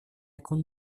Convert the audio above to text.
con